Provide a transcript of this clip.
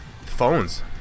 Phones